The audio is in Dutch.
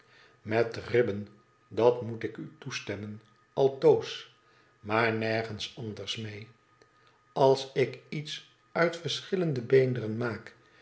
imet ribben dat moet ik u toestemmen altoos maar nergens anders mee als ik iets uit verschillende beenderen maak